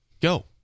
go